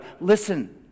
Listen